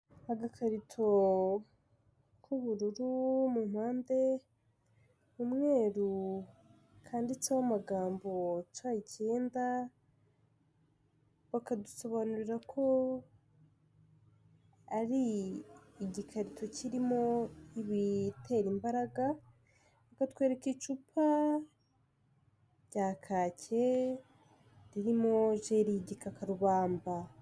Agakarito k'ubururu mu mpande umweru, kanditseho amagambo C icyenda, bakadusobanurira ko ari igikarito kirimo ibitera imbaraga, katwereka icupa rya kake ririmo jeri y'igikakarubamba.